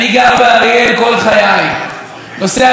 באחת השיחות הראשונות שלי כאן עם קצין הכנסת,